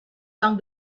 sans